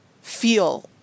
feel